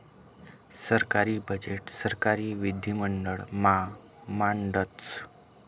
सरकारी बजेट सरकारी विधिमंडळ मा मांडतस